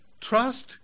Trust